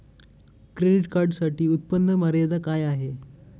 Credit कार्डसाठी उत्त्पन्न मर्यादा काय आहे?